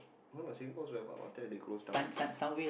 no no Singapore also have what what's that they close down